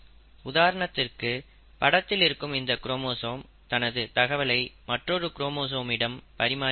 உதாரணத்திற்கு படத்தில் இருக்கும் இந்த குரோமோசோம் தனது தகவலை மற்றொரு குரோமோசோமிடம் பறிமாறி இருக்கும்